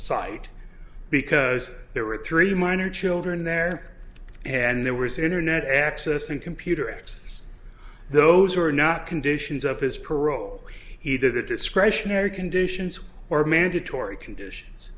site because there were three minor children there and there was internet access and computer access those were not conditions of his parole either the discretionary conditions or mandatory conditions